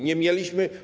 Nie mieliśmy.